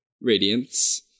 Radiance